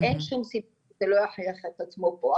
אין שום סיבה שזה לא יוכיח את עצמו פה.